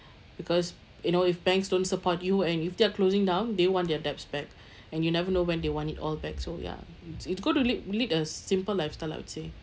because you know if banks don't support you and if they're closing down they want their debts back and you never know when they want it all back so ya so it's good to lead lead a simple lifestyle I would say